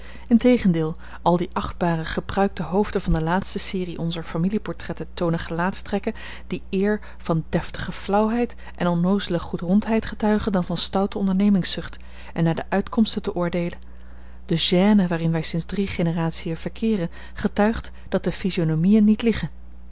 integendeel al die achtbaar gepruikte hoofden van de laatste serie onzer familieportretten toonen gelaatstrekken die eer van deftige flauwheid en onnoozele goedrondheid getuigen dan van stoute ondernemingszucht en naar de uitkomsten te oordeelen de gène waarin wij sinds drie generatiën verkeeren getuigt dat de physionomiën niet liegen